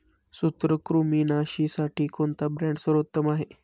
सूत्रकृमिनाशीसाठी कोणता ब्रँड सर्वोत्तम आहे?